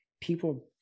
people